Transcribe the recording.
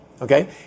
Okay